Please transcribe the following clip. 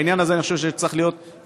בעניין הזה אני חושב שצריך להיות איזה